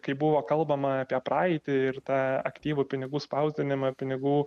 kai buvo kalbama apie praeitį ir tą aktyvų pinigų spausdinimą pinigų